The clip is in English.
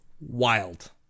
Wild